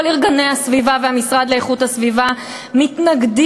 כל ארגוני הסביבה והמשרד להגנת הסביבה מתנגדים